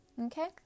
Okay